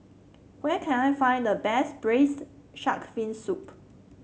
where can I find the best Braised Shark Fin Soup